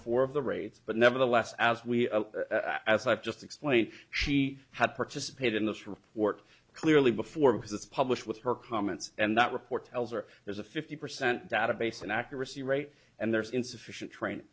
four of the raids but nevertheless as we as i've just explained she had participated in this report clearly before because it's published with her comments and that report tells her there's a fifty percent database an accuracy rate and there's insufficient train